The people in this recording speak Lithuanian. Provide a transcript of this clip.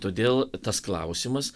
todėl tas klausimas